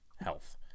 health